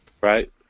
Right